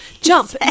Jump